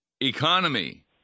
economy